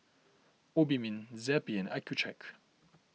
Obimin Zappy and Accucheck